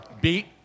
beat